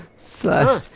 sir,